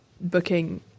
booking